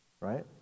right